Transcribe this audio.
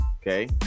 Okay